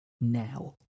now